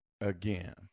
again